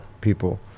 people